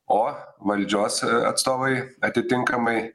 o valdžios atstovai atitinkamai